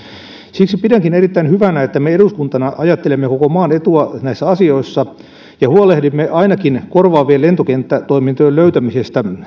siksi pidänkin erittäin hyvänä että me eduskuntana ajattelemme koko maan etua näissä asioissa ja huolehdimme ainakin korvaavien lentokenttätoimintojen löytämisestä